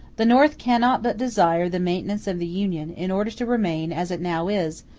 the north cannot but desire the maintenance of the union, in order to remain, as it now is,